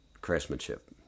craftsmanship